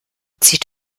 zieht